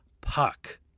puck